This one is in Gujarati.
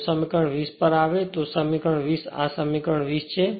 જો સમીકરણ 20 પર આવે તો પણ સમીકરણ 20 આ સમીકરણ 20 છે